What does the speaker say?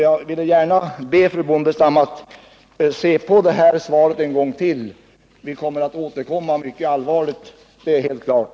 Jag skulle vilja be fru Bondestam att överväga det här svaret ytterligare en gång. Vi skall återkomma i den här frågan — det är helt klart.